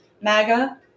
MAGA